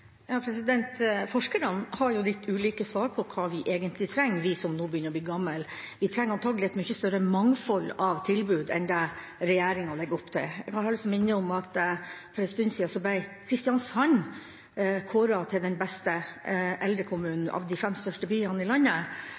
Forskerne har litt ulike svar på hva vi egentlig trenger, vi som nå begynner å bli gamle. Vi trenger antagelig et mye større mangfold av tilbud enn det regjeringa legger opp til. Jeg har lyst til å minne om at for en stund siden ble Kristiansand kåret til den beste eldrekommunen blant de fem største byene i landet.